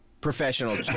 Professional